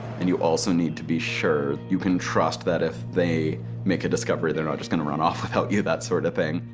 and you also need to be sure you can trust that if they make a discovery, they're not just gonna run off without you, that sort of thing.